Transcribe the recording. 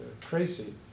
crazy